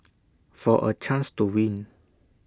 for A chance to win